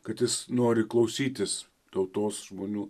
kad jis nori klausytis tautos žmonių